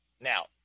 Now